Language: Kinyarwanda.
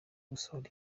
gusohora